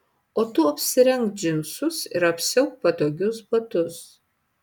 o tu apsirenk džinsus ir apsiauk patogius batus